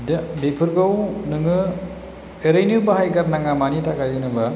दा बेफोरखौ नोङो एरैनो बाहाय गारनाङा मानि थाखाय होनोबा